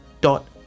dot